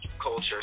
culture